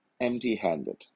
empty-handed